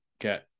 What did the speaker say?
get